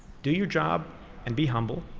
do your job and be humble,